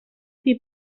piú